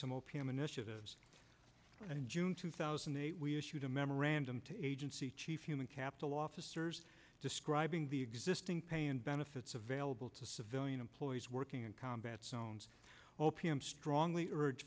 some opium initiatives in june two thousand and eight we issued a memorandum to agency chief human capital officers describing the existing pay and benefits available to civilian employees working in combat zones o p m strongly urge